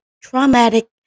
traumatic